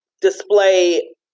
display